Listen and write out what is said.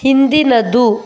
ಹಿಂದಿನದ್ದು